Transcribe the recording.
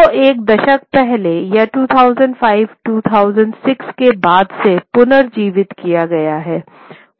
तो एक दशक पहले या 20052006 के बाद से पुनर्जीवित किया गया है